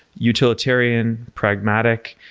utilitarian, pragmatic.